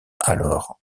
alors